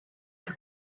que